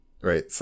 right